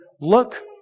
look